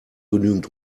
genügend